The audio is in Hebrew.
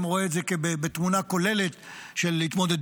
רואה את זה בתמונה כוללת של התמודדות